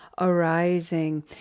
arising